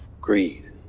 greed